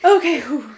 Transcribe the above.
Okay